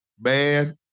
Man